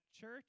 church